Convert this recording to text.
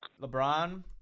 LeBron